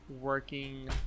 working